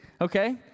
okay